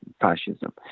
fascism